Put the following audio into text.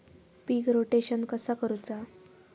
पीक rotation कसा करूचा?